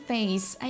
Face